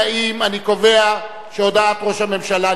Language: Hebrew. אני קובע שהודעת ראש הממשלה נתקבלה.